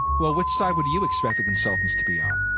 well, which side would you expect the consultants to be on?